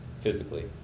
physically